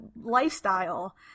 lifestyle